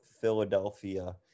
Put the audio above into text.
Philadelphia